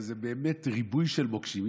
זה באמת ריבוי של מוקשים.